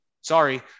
sorry